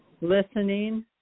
listening